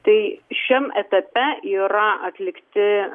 tai šiam etape yra atlikti